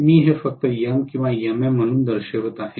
मी हे फक्त M आणि MM म्हणून दर्शवित आहे